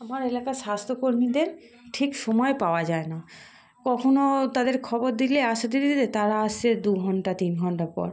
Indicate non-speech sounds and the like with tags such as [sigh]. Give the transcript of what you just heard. আমার এলাকার স্বাস্থ্যকর্মীদের ঠিক সময়ে পাওয়া যায় না কখনও তাদের খবর দিলে আসতে [unintelligible] তারা আসে দু ঘণ্টা তিন ঘণ্টা পর